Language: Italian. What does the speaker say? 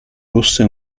rossa